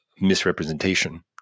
misrepresentation